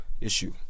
issue